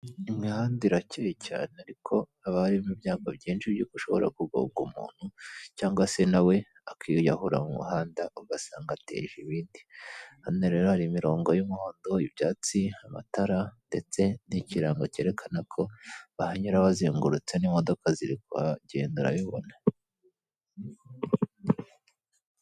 Imihanda iracyeye cyane ariko haba harimo ibyago byinshi by'uko ushobora kugonga umuntu cyangwa se nawe akiyahura mu muhanda ugasanga ateje ibindi, hano rero hari imirongo y'umuhondo, ibyatsi, amatara ndetse n'ikirango cyerekana ko bahanyura bazengurutse n'imodoka ziri kuhagenda urabibona.